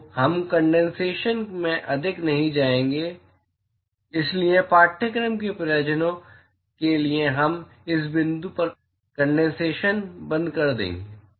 तो हम कंडेंसेशन में अधिक नहीं जाएंगे इसलिए पाठ्यक्रम के प्रयोजनों के लिए हम इस बिंदु पर कंडेंसेशन बंद कर देंगे